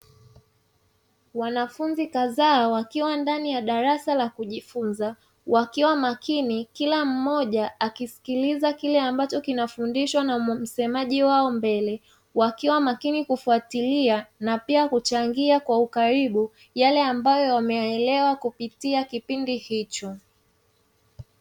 Wanafunzi kadhaa wakiwa ndani ya darasa la kujifunza wakiwa makini kila mmoja akisikiliza kile ambacho kinafundishwa na msemaji wao mbele wakiwa makini kufuatilia na pia kuchangia kwa ukaribu yale ambayo wameyaelewa kupitia kipindi hicho.